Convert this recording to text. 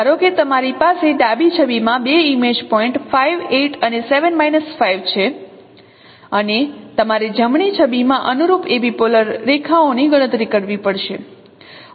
ધારો કે તમારી પાસે ડાબી છબીમાં બે ઇમેજ પોઇન્ટ 5 8 અને 7 5 છે અને તમારે જમણી છબીમાં અનુરૂપ એપિપોલર રેખાઓની ગણતરી કરવી પડશે